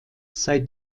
sei